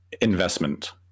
investment